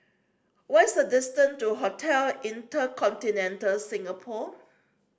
what's this distance to Hotel InterContinental Singapore